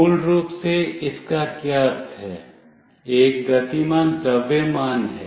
मूल रूप से इसका क्या अर्थ है एक गतिमान द्रव्यमान है